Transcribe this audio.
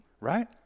Right